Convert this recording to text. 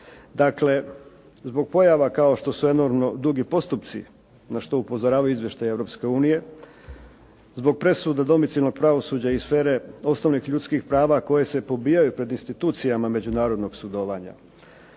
Dakle, zbog pojava kao što su enormno dugi postupci na što upozoravaju izvještaji Europske unije, zbog presuda domicilnog pravosuđa iz sfere osnovnih ljudskih prava koje se pobijaju pred institucijama međunarodnog sudovanja,